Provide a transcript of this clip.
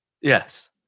yes